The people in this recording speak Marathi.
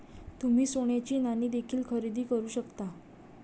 तुम्ही सोन्याची नाणी देखील खरेदी करू शकता